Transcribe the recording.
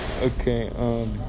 Okay